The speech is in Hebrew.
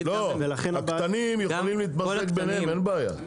אין בעיה.